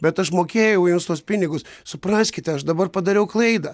bet aš mokėjau jums tuos pinigus supraskite aš dabar padariau klaidą